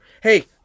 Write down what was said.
hey